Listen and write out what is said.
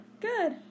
Good